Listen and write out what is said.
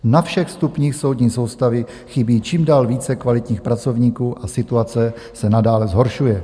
Na všech stupních soudní soustavy chybí čím dál více kvalitních pracovníků a situace se nadále zhoršuje.